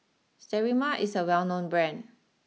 Sterimar is a well known Brand